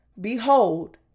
Behold